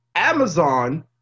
Amazon